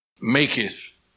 Maketh